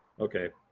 okay.